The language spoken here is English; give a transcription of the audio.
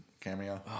cameo